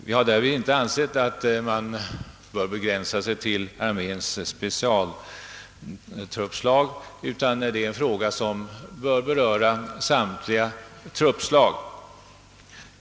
Vi har därvid menat att man icke bör begränsa sig till arméns specialtruppslag, utan frågan bör omfatta samtliga truppslag.